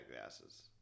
glasses